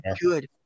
good